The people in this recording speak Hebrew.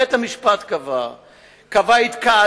בית-המשפט קבע התקהלות.